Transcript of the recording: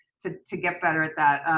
to to get better at that.